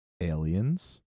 Aliens